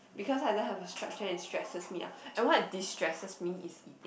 because I don't have a structure it stresses me out and what distresses me is eating